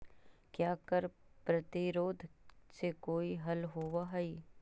क्या कर प्रतिरोध से कोई हल होवअ हाई